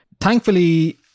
thankfully